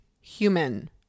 human